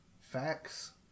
facts